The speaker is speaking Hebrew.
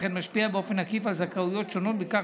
וכן משפיע באופן עקיף על זכאויות שונות בכך